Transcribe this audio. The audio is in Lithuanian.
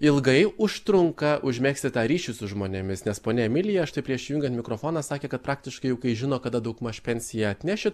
ilgai užtrunka užmegzti tą ryšį su žmonėmis nes ponia emilija štai prieš įjungiant mikrofoną sakė kad praktiškai jau žino kada daugmaž pensiją atnešit